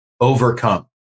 overcome